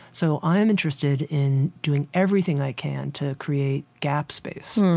so i am interested in doing everything i can to create gap space